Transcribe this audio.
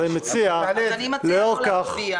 אז אני מציעה לא להצביע.